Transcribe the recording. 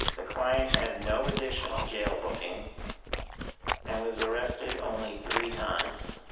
the client had no additional jail bookings and was arrested only three times.